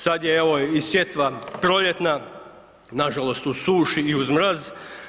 Sada je evo i sjetva proljetna, nažalost u suši i uz mraz.